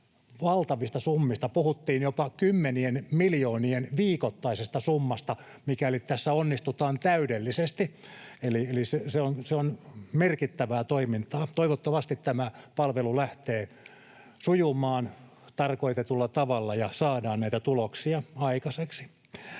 valtavista summista, puhuttiin jopa kymmenien miljoonien viikoittaisesta summasta, mikäli tässä onnistutaan täydellisesti, eli se on merkittävää toimintaa. Toivottavasti tämä palvelu lähtee sujumaan tarkoitetulla tavalla ja saadaan näitä tuloksia aikaiseksi.